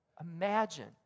imagine